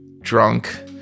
drunk